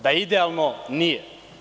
Da je idealno - nije.